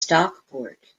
stockport